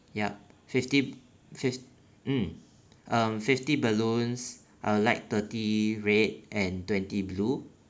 yup fifty fif~ mm um fifty balloons I'd like thirty red and twenty blue